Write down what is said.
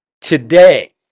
today